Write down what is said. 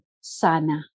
sana